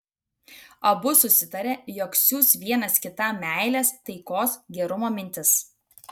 abu susitarė jog siųs vienas kitam meilės taikos gerumo mintis